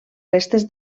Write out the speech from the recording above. restes